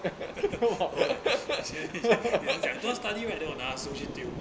给他讲 don't want study then 我拿走起丢